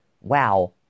wow